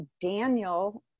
Daniel